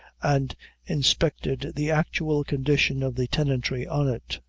and inspected the actual condition of the tenantry on it.